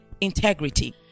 integrity